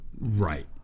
right